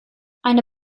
eine